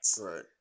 Right